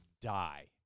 die